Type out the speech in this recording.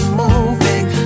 moving